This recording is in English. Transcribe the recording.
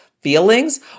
feelings